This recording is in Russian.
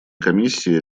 комиссии